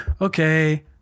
Okay